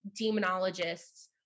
demonologists